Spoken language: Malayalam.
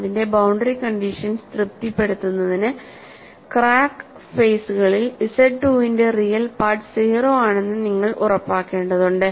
അതിൻറെ ബൌണ്ടറി കണ്ടീഷൻസ് തൃപ്തിപ്പെടുത്തുന്നതിന് ക്രാക്ക് ഫെയ്സുകളിൽ ZII ൻറെ റിയൽ പാർട്ട് 0 ആണെന്ന് നിങ്ങൾ ഉറപ്പാക്കേണ്ടതുണ്ട്